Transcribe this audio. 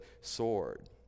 sword